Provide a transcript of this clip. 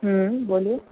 હમ બોલો